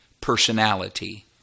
personality